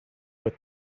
with